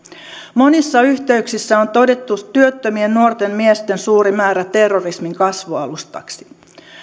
monissa yhteyksissä on todettu työttömien nuorten miesten suuri määrä terrorismin kasvualustaksi